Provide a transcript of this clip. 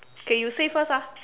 okay you say first ah